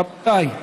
רבותיי,